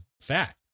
fat